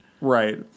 Right